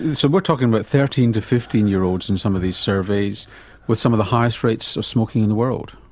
and so we're talking about thirteen to fifteen year olds in some of these surveys with some of the highest rates of smoking in the world?